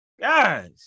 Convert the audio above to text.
Guys